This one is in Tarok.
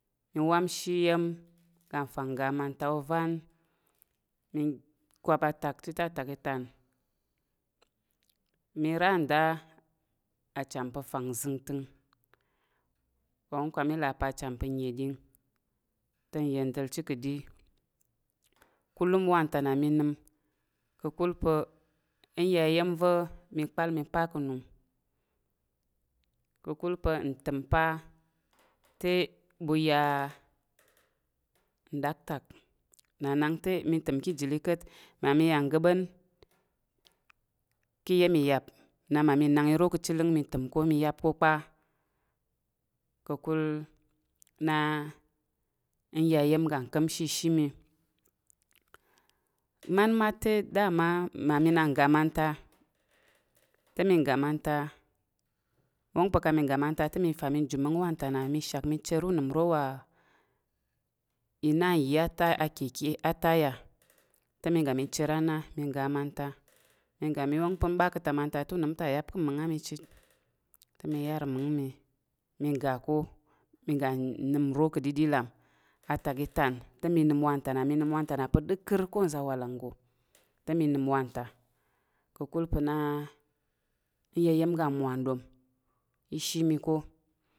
Mi wamshi iya̱m ga fa ga amanta ovan, mi kwap atak te atak i tán. mi ra nda acham pa̱ fangzəngtəng, mi wong pa̱ mi la pa̱ a cham pa̱ nəɗing te nyəndəl chi ka̱ ɗi: kulum wanta na mi nəm ka̱kul pa̱ nya iya̱m va̱ mi kpal mi pa̱ ka̱ nung ka̱kul pa̱ ntəm pa̱ te ɓu ya nɗaktak. Na nak te mi təm ka̱ jili ka̱t. Mmami yang ga̱ɓa̱n ka̱ iya̱m iyap na mmami nang iro ka̱ ciləng mi təm ko mi yap ko kpa ka̱kul na nya iya̱m ga nka̱mshi ishi mi matmat te "dama" mmami na ga amanta, te mi ga manta wong pa̱ mi ga manta te mi fa jum mmung wantana mi shak mi chər unəm- ro wa i na nyi a ta a "keke" a taya te mi ga mi chər a na mi ga amanta. Mi ga mi wong pa̱ n ɓa ka̱ ta̱ manta te unəm ta yam ka̱ mung ame chit. Te mi yar mmung mi, mi ga ko, mi ga nnəm nro ka̱ dədəlam. Atak i tan te mi nəm pa̱ ɗərkər ko nza̱ awalang nggo te mi nəm wanta ka̱kul pa̱ na nya iya̱m ga mmwa n ɗom ishi mi ko.